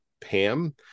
Pam